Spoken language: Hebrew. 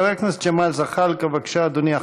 חבר הכנסת ג'מאל זחאלקה, בבקשה, אדוני.